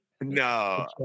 No